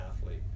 athlete